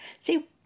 See